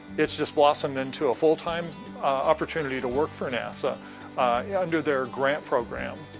it's just blossomed into a full time opportutnity to work for nasa yeah under their grant program,